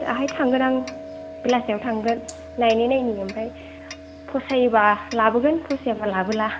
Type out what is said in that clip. दाहाय थांगोन आं बेलासियाव थांगोन नायनाय नायनि ओमफाय फसायोबा लाबोगोन फसायाबा लाबोला